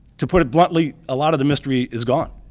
to put it bluntly, a lot of the mystery is gone.